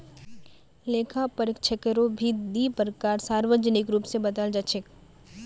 लेखा परीक्षकेरो भी दी प्रकार सार्वजनिक रूप स बताल जा छेक